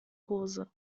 hose